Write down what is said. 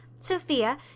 Sophia